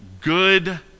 good